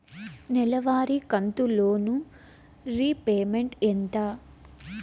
నెలవారి కంతు loan repayment ఎంత?